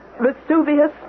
Vesuvius